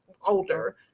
older